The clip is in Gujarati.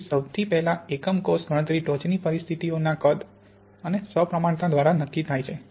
તેથી સૌથી પહેલાં એકમ કોષ ગણતરી ટોચની સ્થિતિઓના કદ અને સપ્રમાણતા દ્વારા નક્કી થાય છે